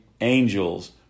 Angels